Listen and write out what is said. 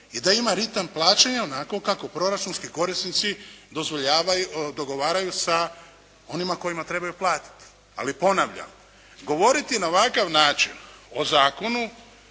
i da ima ritam plaćanja onako kako proračunski korisnici dogovaraju sa onima kojima trebaju platiti. Ali ponavljam, govoriti na ovakav način o zakonu